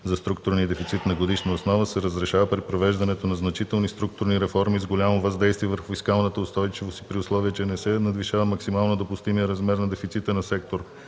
за структурния дефицит на годишна основа се разрешава при провеждането на значителни структурни реформи с голямо въздействие върху фискалната устойчивост и при условие че не се надвишава максимално допустимият размер на дефицита на сектор